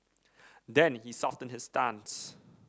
then he softened his stance